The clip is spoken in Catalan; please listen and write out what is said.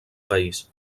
país